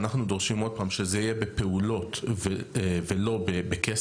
ואנחנו דורשים עוד פעם שזה יהיה בפעולות ולא בכסף.